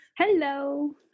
Hello